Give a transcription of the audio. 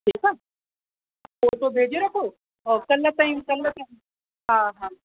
ठीकु आहे फ़ोटो भेजे रखो और कल्ह ताईं कल्ह ताईं हा हा